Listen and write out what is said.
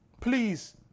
Please